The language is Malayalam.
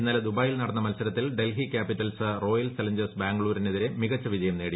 ഇന്നലെ ദുബായിയിൽ നടന്ന മത്സരത്തിൽ ഡൽഹി ക്യാപിറ്റൽസ് റോയൽ ചലഞ്ചേഴ്സ് ബാംഗ്ലൂരിനെതിരെ മികച്ച വിജയം നേടി